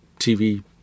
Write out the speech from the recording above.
TV